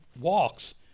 walks